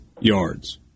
yards